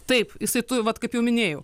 taip jisai tu vat kaip jau minėjau